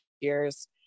Years